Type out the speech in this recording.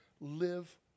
live